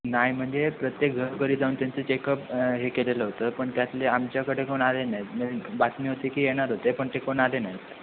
नाही म्हणजे प्रत्येक घरोघरी जाऊन त्यांचं चेकअप हे केलेलं होतं पण त्यातले आमच्याकडे कोण आले नाहीत बातमी होती की येणार होते पण ते कोण आले नाहीत